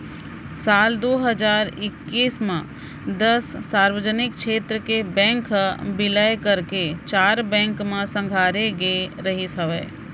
साल दू हजार एक्कीस म दस सार्वजनिक छेत्र के बेंक ह बिलय करके चार बेंक म संघारे गे रिहिस हवय